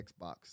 Xbox